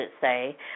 say